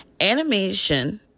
Animation